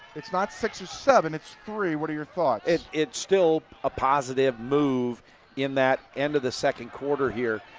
it's not six or seven, it's three. what are your thoughts? it's it's still a positive move in that end of the second quarter here.